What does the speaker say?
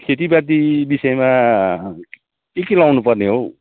खेतीपाती विषयमा के के लाउनुपर्ने हो